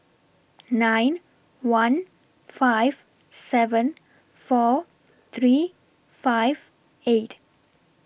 nine one five seven four three five eight